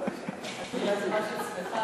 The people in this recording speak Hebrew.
יש עתיד, אולי זה משהו אצלך.